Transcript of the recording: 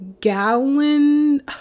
gallon